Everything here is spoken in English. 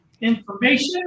information